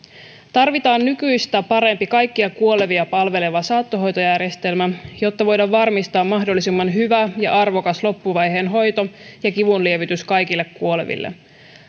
tarvitaan nykyistä parempi kaikkia kuolevia palveleva saattohoitojärjestelmä jotta voidaan varmistaa mahdollisimman hyvä ja arvokas loppuvaiheen hoito ja kivunlievitys kaikille kuoleville